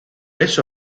eso